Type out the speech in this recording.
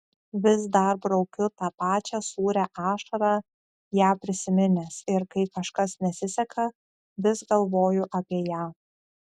vis dar braukiu tą pačią sūrią ašarą ją prisiminęs ir kai kažkas nesiseka vis galvoju apie ją